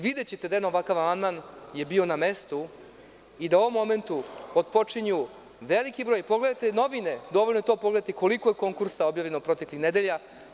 Videćete da jedan ovakav amandman je bio na mestu i da u ovom momentu otpočinju veliki broj, pogledajte novine, dovoljno je to pogledati, koliko je konkursa objavljeno proteklih nedelja.